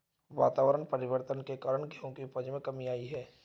वातावरण परिवर्तन के कारण गेहूं की उपज में कमी आई है